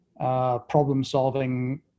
Problem-solving